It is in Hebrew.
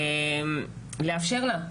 לאפשר לה.